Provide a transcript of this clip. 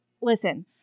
listen